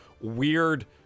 weird